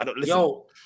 Yo